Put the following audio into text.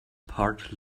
part